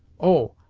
oh!